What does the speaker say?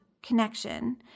connection